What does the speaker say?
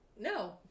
No